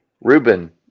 Ruben